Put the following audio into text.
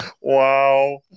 Wow